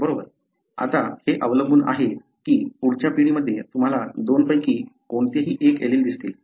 आता हे अवलंबून आहे की पुढच्या पिढीमध्ये तुम्हाला दोनपैकी कोणतेही एक एलील दिसतील